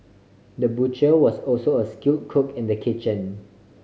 the butcher was also a skill cook in the kitchen